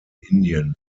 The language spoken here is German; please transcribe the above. indien